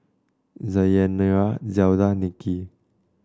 Deyanira Zelda Nicky